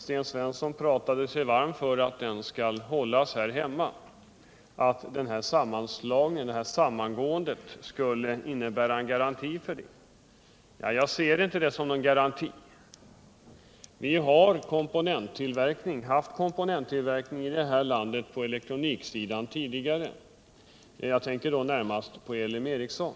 Sten Svensson pratade sig varm för att den skall ske här hemma och att det här samgåendet skulle innebära en garanti för det. Jag ser inte samgåendet som någon garanti härför. Vi har haft komponenttillverkning i det här landet på elektroniksidan tidigare. Jag tänker då närmast på LM Ericsson.